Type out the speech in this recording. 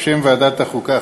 בשם ועדת החוקה,